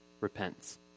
repents